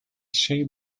şey